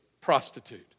prostitute